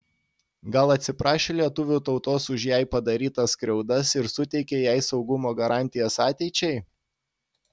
gal atsiprašė lietuvių tautos už jai padarytas skriaudas ir suteikė jai saugumo garantijas ateičiai